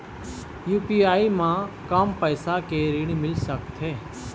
UPI म कम पैसा के ऋण मिल सकथे?